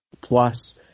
plus